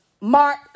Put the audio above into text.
Mark